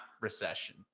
recession